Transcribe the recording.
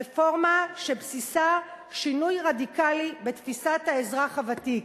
רפורמה שבסיסה שינוי רדיקלי בתפיסת האזרח הוותיק,